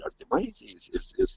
artimaisiais jis jis